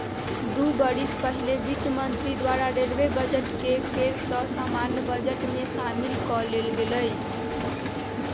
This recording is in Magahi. दू बरिस पहिले वित्त मंत्री द्वारा रेलवे बजट के फेर सँ सामान्य बजट में सामिल क लेल गेलइ